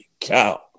cow